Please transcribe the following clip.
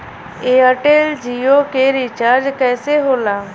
Airtel Jio के recharge कैसे होला?